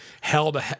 held